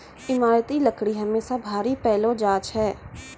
ईमारती लकड़ी हमेसा भारी पैलो जा छै